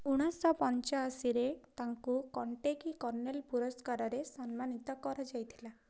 ଉଣେଇଶି ଶହ ପଞ୍ଚାଅଶୀରେ ତାଙ୍କୁ କେଣ୍ଟେକି କର୍ଣ୍ଣେଲ୍ ପୁରସ୍କାରରେ ସମ୍ମାନିତ କରାଯାଇଥିଲା